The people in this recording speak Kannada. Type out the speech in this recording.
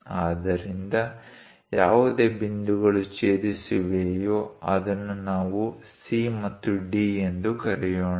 ಆದ್ದರಿಂದ ಯಾವುದೇ ಬಿಂದುಗಳು ಛೇದಿಸಿವೆಯೋ ಅದನ್ನು ನಾವು C ಮತ್ತು D ಎಂದು ಕರೆಯೋಣ